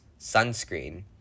Sunscreen